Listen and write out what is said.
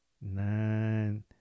nine